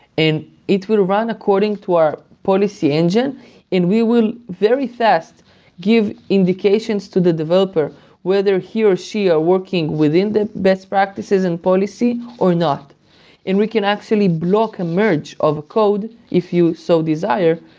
and it will run according to our policy engine and we will very fast give indications to the developer whether he or she are working within the best practices and policy or not and we can actually block a merge of a code if you so desire.